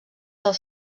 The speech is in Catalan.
del